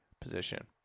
position